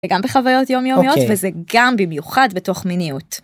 גם בחוויות יומיומיות וזה גם במיוחד בתוך מיניות.